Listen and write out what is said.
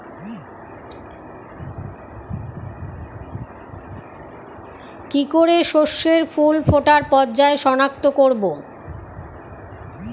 কি করে শস্যের ফুল ফোটার পর্যায় শনাক্ত করব?